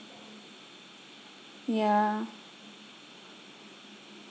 ya